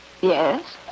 Yes